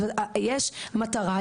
יש מטרה,